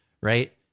right